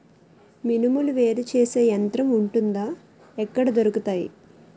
మినుములు వేరు చేసే యంత్రం వుంటుందా? ఎక్కడ దొరుకుతాయి?